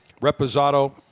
Reposado